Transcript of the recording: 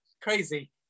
Crazy